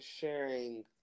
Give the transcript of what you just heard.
sharing